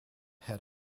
had